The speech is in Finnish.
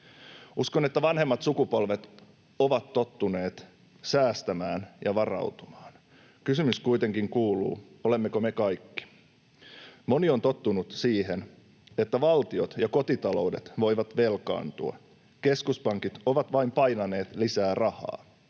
Uskon, että vanhemmat sukupolvet ovat tottuneet säästämään ja varautumaan. Kysymys kuitenkin kuuluu: olemmeko me kaikki? Moni on tottunut siihen, että valtiot ja kotitaloudet voivat velkaantua. Keskuspankit ovat vain painaneet lisää rahaa.